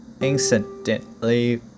incidentally